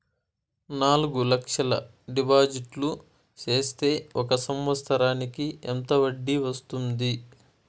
నాలుగు లక్షల డిపాజిట్లు సేస్తే ఒక సంవత్సరానికి ఎంత వడ్డీ వస్తుంది?